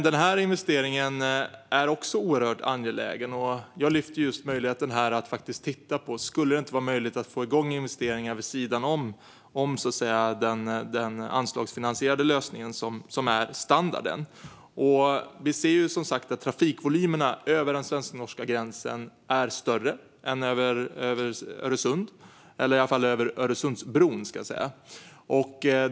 Den här investeringen är också oerhört angelägen, och jag lyfter just möjligheten här att faktiskt titta på om det inte vore möjligt att få igång investeringar vid sidan av den anslagsfinansierade lösningen, som är standard. Vi ser som sagt att trafikvolymerna över den svensk-norska gränsen är större än över Öresundsbron.